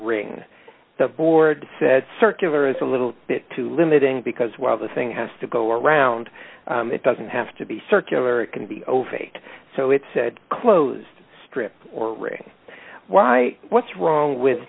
ring the board said circular is a little bit too limiting because while the thing has to go around it doesn't have to be circular it can be over eight so it said closed strip or ring why what's wrong with